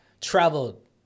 traveled